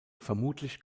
vermutlich